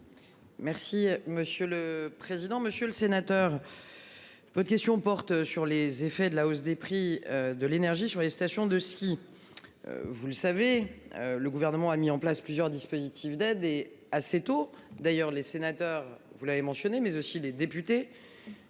Merci monsieur le président, Monsieur le Sénateur. Votre question porte sur les effets de la hausse des prix de l'énergie sur les stations de ski. Vous le savez. Le gouvernement a mis en place plusieurs dispositifs d'aide et assez tôt d'ailleurs, les sénateurs, vous l'avez mentionné mais aussi les députés.